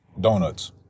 Donuts